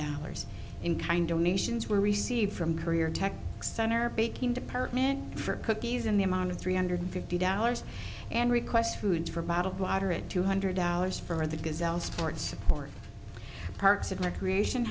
dollars in kind donations were received from career tech center baking department for cookies in the amount of three hundred fifty dollars and requests food for bottled water and two hundred dollars for the gazelles sports support parks and recreation